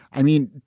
i mean,